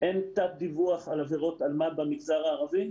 אין תת-דיווח על עבירות אלמ"ב במגזר הערבי?